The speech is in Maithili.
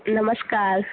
नमस्कार